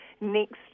next